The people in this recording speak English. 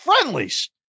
Friendlies